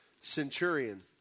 centurion